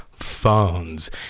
phones